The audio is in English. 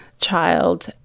child